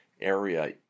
area